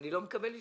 אני לא מקבל אישור.